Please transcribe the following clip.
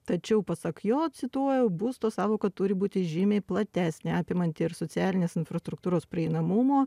tačiau pasak jo cituoju būsto sąvoka turi būti žymiai platesnė apimanti ir socialinės infrastruktūros prieinamumo